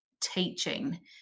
teaching